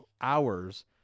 hours